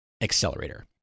accelerator